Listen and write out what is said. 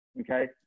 Okay